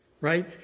right